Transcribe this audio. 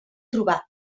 trobar